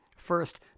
First